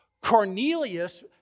Cornelius